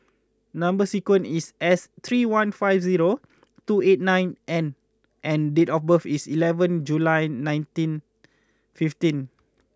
number sequence is S three one five zero two eight nine N and date of birth is eleventh July nineteen fifteen